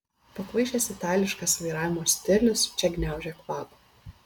pakvaišęs itališkas vairavimo stilius čia gniaužia kvapą